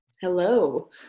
hello